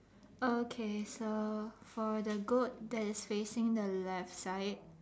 okay so for the goat that is facing the left side